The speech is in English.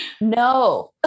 no